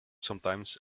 sometimes